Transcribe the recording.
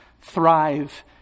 thrive